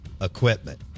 Equipment